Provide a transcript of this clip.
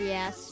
Yes